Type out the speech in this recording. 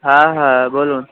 হ্যাঁ হ্যাঁ বলুন